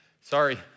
sorry